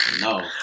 No